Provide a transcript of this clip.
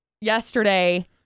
yesterday